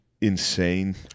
insane